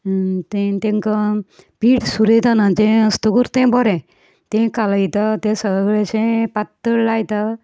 ते तेंकां पीठ सुरय तांदळाचें तें बरें तें कालयता सगलें अशें पात्तळ लायता